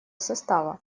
состава